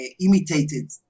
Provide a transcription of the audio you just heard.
imitated